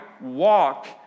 walk